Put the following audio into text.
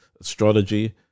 astrology